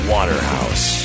Waterhouse